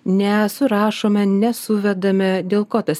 nesurašome nesuvedame dėl ko tas